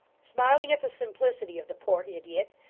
smiling at the simplicity of the poor idiot,